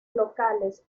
locales